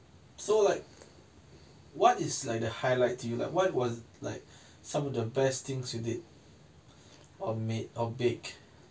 so like what is like the highlight to you like what was like some of the best things you did or made or bake